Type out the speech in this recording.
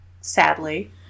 sadly